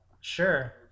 Sure